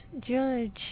judge